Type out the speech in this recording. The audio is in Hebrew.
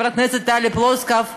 חברת הכנסת טלי פלוסקוב,